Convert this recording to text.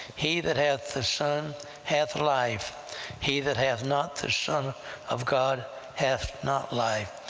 he that hath the son hath life he that hath not the son of god hath not life.